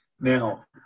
Now